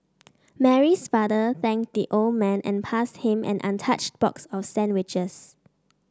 Mary's father thanked the old man and passed him an untouched box of sandwiches